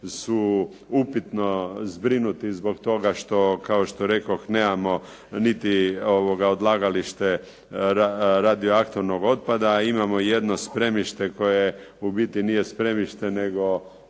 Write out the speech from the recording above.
su upitno zbrinuti zbog toga što kao što rekoh nemamo niti odlagalište radioaktivnog otpada, a imamo jedno spremište koje u biti nije spremište nego